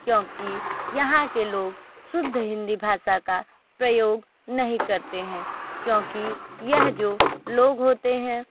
क्योंकि यहाँ के लोग शुद्ध हिंदी भाषा का प्रयोग नहीं करते हैं क्योंकि यह जो लोग होते हैं